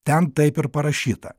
ten taip ir parašyta